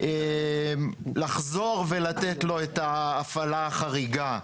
לחזור ולתת לו את ההפעלה החריגה.